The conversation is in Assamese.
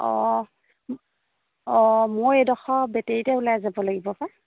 অঁ অঁ মইও এইডোখৰ বেটেৰীতে ওলাই যাব লাগিব পায়